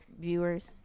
viewers